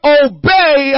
obey